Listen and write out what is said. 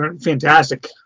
fantastic